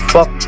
Fuck